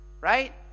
Right